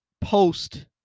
post